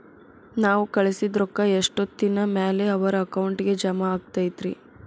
ನಾವು ಕಳಿಸಿದ್ ರೊಕ್ಕ ಎಷ್ಟೋತ್ತಿನ ಮ್ಯಾಲೆ ಅವರ ಅಕೌಂಟಗ್ ಜಮಾ ಆಕ್ಕೈತ್ರಿ?